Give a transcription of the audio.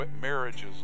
marriages